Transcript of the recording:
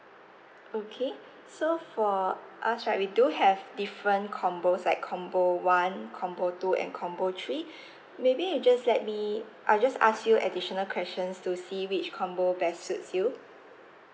okay so for us right we do have different combos like combo one combo two and combo three maybe you just let me I just ask you additional questions to see which combo best suits you